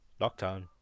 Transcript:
lockdown